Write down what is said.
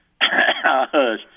hush